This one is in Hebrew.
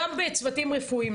גם בצוותים רפואיים,